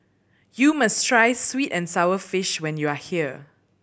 you must try sweet and sour fish when you are here